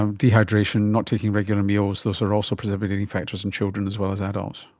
ah dehydration, not taking regular meals, those are also presumably factors in children as well as adults.